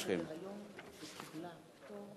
מודים לך ומודים גם לחבר הכנסת בילסקי שיזם את הצעת החוק,